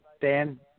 Dan